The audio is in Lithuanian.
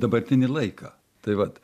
dabartinį laiką tai vat